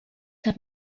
have